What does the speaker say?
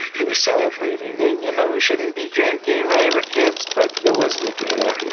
we were celebrating, and you know, we shouldn't be drinking, right? we're kids. but there was liquor there,